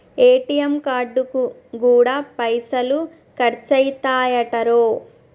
ATM కార్డుకు గూడా పైసలు ఖర్చయితయటరో